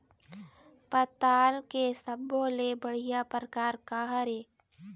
पताल के सब्बो ले बढ़िया परकार काहर ए?